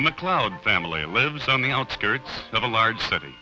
the mcleod family lives on the outskirts of a large